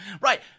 Right